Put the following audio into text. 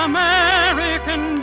American